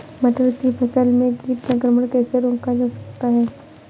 मटर की फसल में कीट संक्रमण कैसे रोका जा सकता है?